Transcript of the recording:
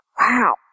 Wow